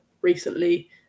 recently